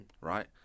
right